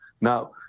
Now